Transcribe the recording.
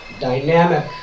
dynamic